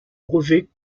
brevet